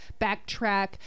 backtrack